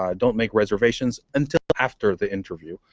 um don't make reservations until after the interview.